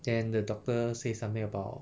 then the doctor say something about